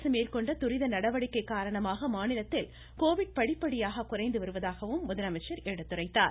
அரசு மேற்கொண்ட துரித நடவடிக்கை காரணமாக மாநிலத்தில் கோவிட் படிப்படியாக குறைந்து வருவதாக எடுத்துரைத்தார்